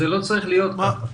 זה לא צריך להיות כך.